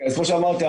כמו שאמרתי,